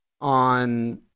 on